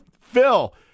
Phil